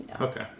Okay